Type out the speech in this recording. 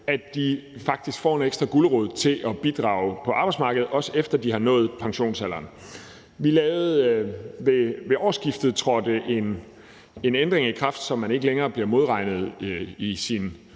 at de faktisk får en ekstra gulerod i forhold til at bidrage på arbejdsmarkedet, også efter de har nået pensionsalderen. Ved årsskiftet trådte en ændring i kraft, så man ikke længere bliver modregnet i sin